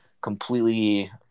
completely